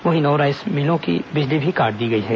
वहीं नौ राईस मिलों की बिजली भी काट दी गई है